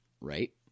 Right